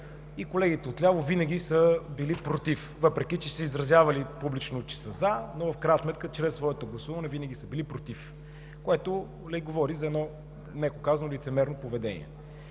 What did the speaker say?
Колегите отляво винаги са били „против“, въпреки че са заявявали публично, че са за „за“, в крайна сметка, чрез своето гласуване винаги са били против, което говори за едно, меко казано, лицемерно поведение.